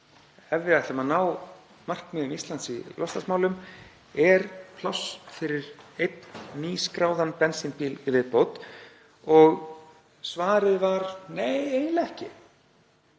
Ef við ætlum að ná markmiðum Íslands í loftslagsmálum er pláss fyrir einn nýskráðan bensínbíl í viðbót? Svarið var nei, eiginlega ekki.